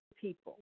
people